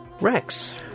Rex